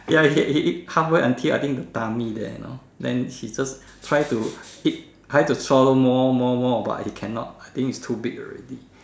ya he eat he eat halfway until I think the tummy there you know then he just try to eat try to swallow more more more but he cannot I think it's too big already